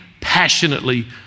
passionately